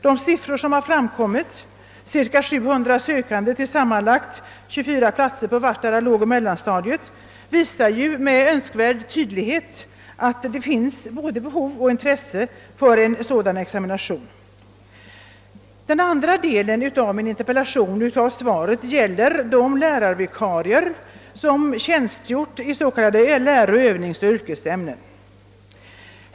De siffror som har framkommit — cirka 700 sökande till sammanlagt 24 platser på vartdera lågoch mellanstadiet — visar med all önskvärd tydlighet att det finns såväl behov av som intresse för en sådan examination. Den andra delen av min interpellation och av svaret på denna behandlar de lärarvikarier som tjänstgjort i s.k. läro-, övningsoch yrkesämnen.